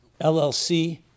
LLC